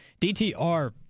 DTR